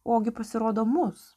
ogi pasirodo mus